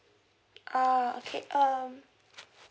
oh okay um